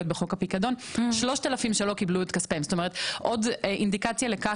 זאת אומרת עוד אינדיקציה לכך שהמנגנונים להשבה של הכספים לבעליהם,